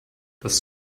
das